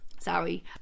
sorry